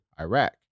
Iraq